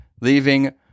leaving